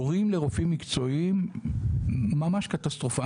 תורים לרופאים מקצועיים הם ממש קטסטרופה,